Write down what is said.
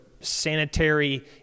sanitary